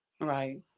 Right